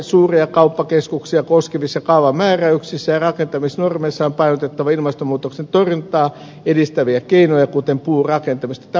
suuria kauppakeskuksia koskevissa kaavamääräyksissä ja rakentamisnormeissa on painotettava ilmastonmuutoksen torjuntaa edistäviä keinoja kuten puurakentamista